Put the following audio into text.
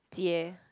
Jie